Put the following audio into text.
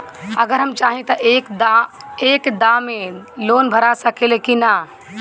अगर हम चाहि त एक दा मे लोन भरा सकले की ना?